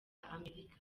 amerika